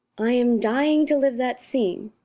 i am dying to live that scene.